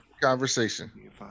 conversation